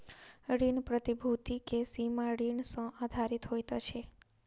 ऋण प्रतिभूति के सीमा ऋण सॅ आधारित होइत अछि